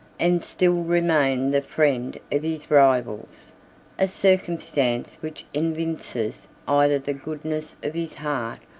and still remained the friend of his rivals a circumstance which evinces either the goodness of his heart,